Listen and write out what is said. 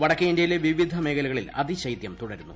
വടക്കേ ഇന്ത്യയിലെ വിവിധ മേഖലകളിൽ അതിശൈതൃം തുടരുന്നു